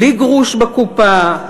בלי גרוש בקופה.